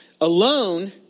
Alone